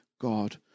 God